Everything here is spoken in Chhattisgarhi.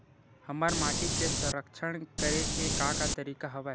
हमर माटी के संरक्षण करेके का का तरीका हवय?